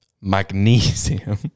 magnesium